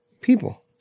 people